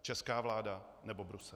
Česká vláda, nebo Brusel?